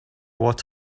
what